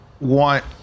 want